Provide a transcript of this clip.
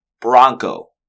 Bronco